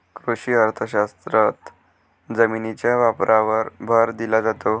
कृषी अर्थशास्त्रात जमिनीच्या वापरावर भर दिला जातो